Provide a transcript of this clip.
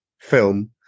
film